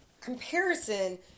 comparison